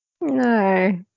No